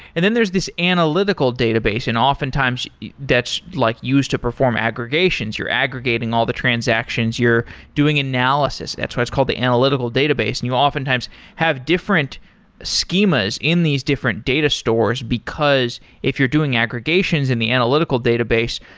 and then there's this analytical database and oftentimes that's like used to perform aggregations. you're aggregating all the transactions, you're doing analysis, that's why it's called the analytical database and you oftentimes have different schemas in these different data stores, because if you're doing aggregations in the analytical database,